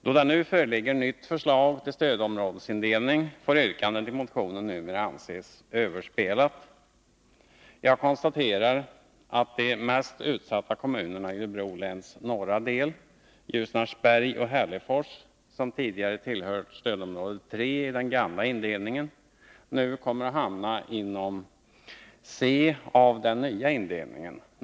Då det nu föreligger ett nytt förslag till stödområdesindelning får yrkandet i motionen numera anses överspelat. Jag konstaterar att de mest utsatta kommunerna i Örebro läns norra del, Ljusnarsberg och Hällefors, som tillhörde stödområde 3 i den gamla indelningen, nu kommer att hamna inom C enligt den nya indelningen.